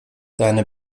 deine